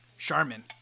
charmin